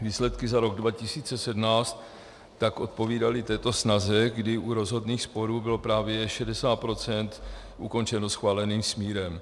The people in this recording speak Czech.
Výsledky za rok 2017 tak odpovídaly této snaze, kdy u rozhodných sporů bylo právě 60 % ukončeno schváleným smírem.